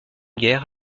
guerre